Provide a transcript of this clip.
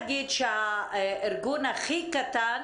הארגון הכי קטן,